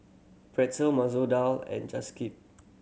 Pretzel Masoor Dal and